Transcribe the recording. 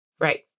Right